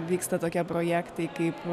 vyksta tokie projektai kaip